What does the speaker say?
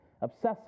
obsessive